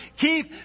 keep